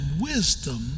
wisdom